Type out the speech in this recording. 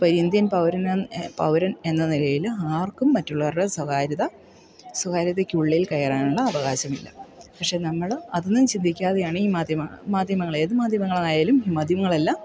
അപ്പോൾ ഈ ഇന്ത്യൻ പൗരനെ പൗരൻ എന്ന നിലയിൽ ആർക്കും മറ്റുള്ളവരുടെ സ്വകാര്യത സ്വകാര്യതയ്ക്കുള്ളിൽ കയറാനുള്ള അവകാശമില്ല പക്ഷെ നമ്മൾ അതൊന്നും ചിന്തിക്കാതെയാണ് ഈ മാധ്യമ മാധ്യമങ്ങളേ ഏതു മാധ്യമങ്ങളായാലും ഈ മാധ്യമങ്ങളെല്ലാം